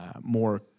more